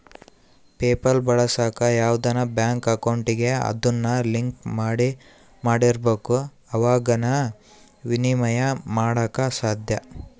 PayPal ಬಳಸಾಕ ಯಾವ್ದನ bank ಅಕೌಂಟಿಗೆ ಅದುನ್ನ ಲಿಂಕ್ ಮಾಡಿರ್ಬಕು ಅವಾಗೆ ಃನ ವಿನಿಮಯ ಮಾಡಾಕ ಸಾದ್ಯ